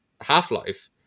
half-life